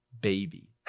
baby